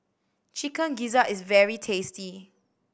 Chicken Gizzard is very tasty